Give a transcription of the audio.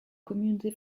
communauté